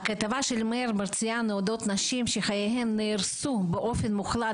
הכתבה של מאיר מרציאנו אודות נשים שחייהן נהרסו באופן מוחלט